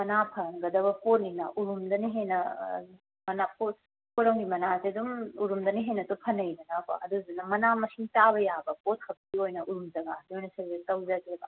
ꯃꯅꯥ ꯐꯍꯟꯒꯗꯕ ꯄꯣꯠꯅꯤꯅ ꯎꯔꯨꯝꯗꯅ ꯍꯦꯟꯅ ꯄꯣꯠ ꯑꯃꯒꯤ ꯃꯅꯥꯁꯦ ꯑꯗꯨꯝ ꯎꯔꯨꯝꯗꯅ ꯍꯦꯟꯅꯁꯨ ꯐꯅꯩꯗꯅꯀꯣ ꯑꯗꯨꯗꯨꯅ ꯃꯅꯥ ꯃꯁꯤꯡ ꯆꯥꯕ ꯌꯥꯕ ꯄꯣꯠ ꯈꯛꯀꯤ ꯑꯣꯏꯅ ꯎꯔꯨꯝ ꯖꯒꯥꯁꯦ ꯑꯣꯏꯅ ꯁꯖꯦꯁ ꯇꯧꯖꯒꯦꯕ